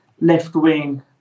left-wing